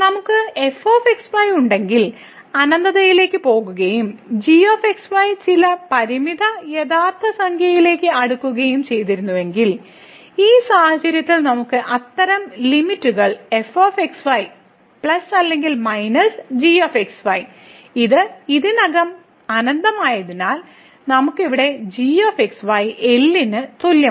നമുക്ക് f x y ഉണ്ടെങ്കിൽ അനന്തതയിലേക്ക് പോകുകയും g x y ചില പരിമിത യഥാർത്ഥ സംഖ്യയിലേക്ക് അടുക്കുകയും ചെയ്യുന്നുവെങ്കിൽ ഈ സാഹചര്യത്തിൽ നമുക്ക് അത്തരം ലിമിറ്റ്കൾ f x y പ്ലസ് അല്ലെങ്കിൽ മൈനസ് g x y ഇത് ഇതിനകം അനന്തമായതിനാൽ നമുക്ക് ഇവിടെ g x y L ന് തുല്യമാണ്